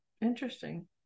Interesting